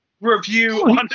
review